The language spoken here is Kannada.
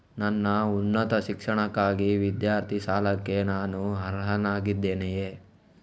ನನ್ನ ಉನ್ನತ ಶಿಕ್ಷಣಕ್ಕಾಗಿ ವಿದ್ಯಾರ್ಥಿ ಸಾಲಕ್ಕೆ ನಾನು ಅರ್ಹನಾಗಿದ್ದೇನೆಯೇ?